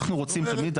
אנחנו רוצים להגיד,